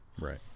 right